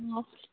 অঁ